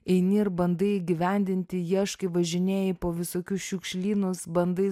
eini ir bandai įgyvendinti ieškai važinėji po visokius šiukšlynus bandai